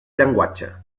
llenguatge